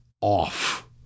off